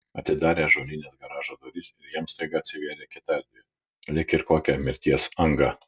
atidarė ąžuolines garažo duris ir jam staiga atsivėrė kita erdvė lyg ir kokia mirties anga